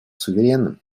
суверенным